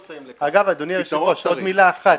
אגב, אדוני היושב-ראש, עוד מילה אחת.